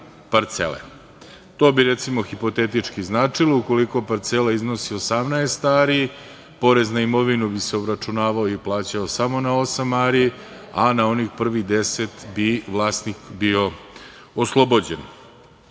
To bi recimo hipotetički značilo, ukoliko parcela iznosi 18 ari, porez na imovinu bi se obračunavao i plaćao samo na osam ari, a na onih prvih deset bi vlasnik bio oslobođen. Između